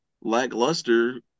lackluster